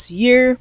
year